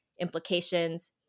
implications